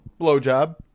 blowjob